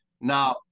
Now